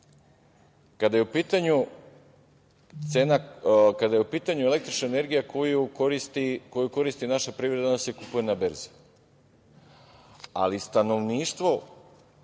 Kada je u pitanju električna energija koju koristi naša privreda, ona se kupuje na berzi, ali stanovništvo